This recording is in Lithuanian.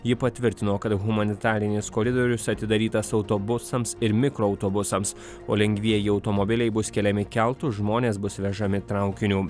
ji patvirtino kad humanitarinis koridorius atidarytas autobusams ir mikroautobusams o lengvieji automobiliai bus keliami keltu žmonės bus vežami traukiniu